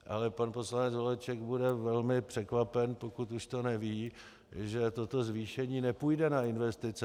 Ale pan poslanec Holeček bude velmi překvapen, pokud už to neví, že toto zvýšení nepůjde na investice.